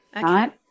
right